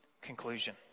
conclusion